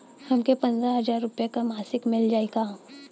हमके पन्द्रह हजार रूपया क मासिक मिल जाई का?